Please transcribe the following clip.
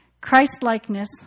Christ-likeness